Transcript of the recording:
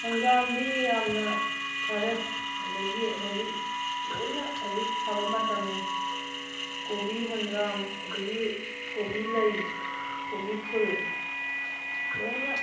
ꯍꯪꯒꯥꯝꯗꯤ ꯌꯥꯝꯅ ꯐꯔꯦ ꯑꯗꯒꯤ ꯍꯧꯖꯤꯛ ꯂꯣꯏꯅ ꯍꯧꯖꯤꯛ ꯐꯕ ꯃꯇꯝꯅꯤ ꯀꯣꯕꯤ ꯍꯪꯒꯥꯝ ꯑꯗꯒꯤ ꯀꯣꯕꯤ ꯂꯩ ꯀꯣꯕꯤ ꯐꯨꯜ ꯂꯣꯏꯅ